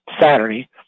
Saturday